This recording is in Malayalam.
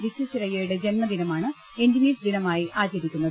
വിശ്വേശ്വരയ്യരുടെ ജന്മദിനമാണ് എഞ്ചിനിയേഴ്സ് ദിനമായി ആചരിക്കുന്നത്